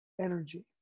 energy